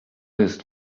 jest